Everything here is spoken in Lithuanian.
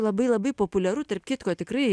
labai labai populiaru tarp kitko tikrai